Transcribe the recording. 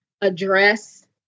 address